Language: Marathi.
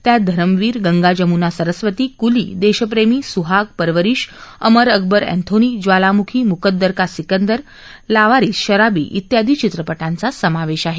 त्यात धरम वीर गंगा जमुना सरस्वती कुली देशप्रेमी सुहाग परवरीश अमर अकबर अँथोनी ज्वालामुखी मुकद्दर का सिकंदर लावारिस शराबी इत्यादी चित्रपटीवा समावेश आहे